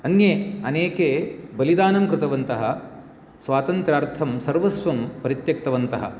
अन्ये अनेके बलिदानं कृतवन्तः स्वातन्त्र्यार्थं सर्वस्वं परित्यक्तवन्तः